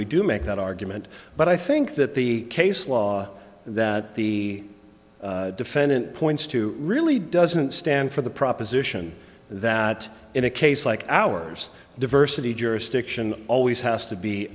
we do make that argument but i think that the case law that the defendant points to really doesn't stand for the proposition that in a case like ours diversity jurisdiction always has to be